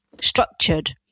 structured